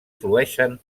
flueixen